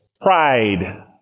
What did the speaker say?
Pride